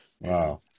Wow